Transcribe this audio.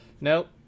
Nope